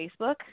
Facebook